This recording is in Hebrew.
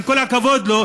עם כל הכבוד לו,